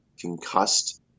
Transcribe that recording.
concussed